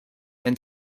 and